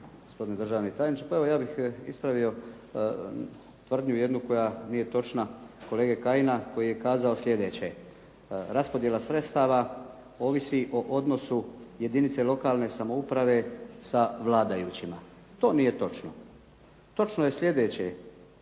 ja bih ispravio tvrdnju jednu koja nije točna kolege Kajina koji je kazao sljedeće. Raspodjela sredstava ovisi o odnosu jedinice lokalne samouprave sa vladajućima. To nije točno. Točno je sljedeće.